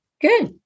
Good